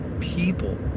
people